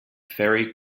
ferry